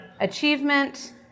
achievement